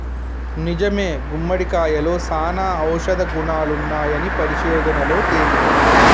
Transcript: నిజమే గుమ్మడికాయలో సానా ఔషధ గుణాలున్నాయని పరిశోధనలలో తేలింది